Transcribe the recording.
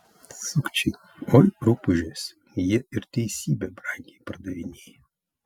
sukčiai oi rupūžės jie ir teisybę brangiai pardavinėja